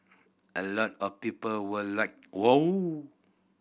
a lot of people were like wow